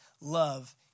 love